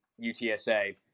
utsa